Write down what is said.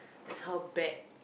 that's how bad